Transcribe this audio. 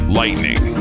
lightning